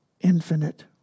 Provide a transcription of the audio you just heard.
infinite